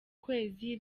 kwezi